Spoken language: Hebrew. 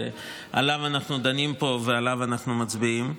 שעליו אנחנו דנים פה ועליו אנחנו מצביעים.